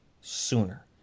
sooner